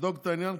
תבדוק את העניין,